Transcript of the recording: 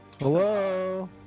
Hello